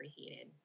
preheated